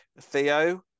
Theo